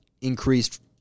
increased